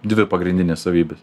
dvi pagrindinės savybės